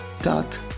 dot